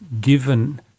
given